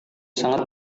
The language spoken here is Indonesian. sangat